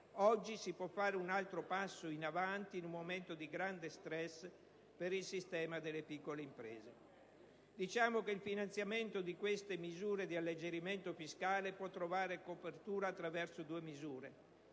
oggi si può fare un altro passo in avanti in un momento di grande *stress* per il sistema delle piccole imprese. Diciamo che il finanziamento di queste misure di alleggerimento fiscale può trovare copertura attraverso due misure.